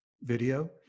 video